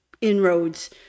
inroads